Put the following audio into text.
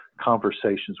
conversations